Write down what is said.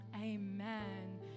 Amen